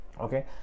okay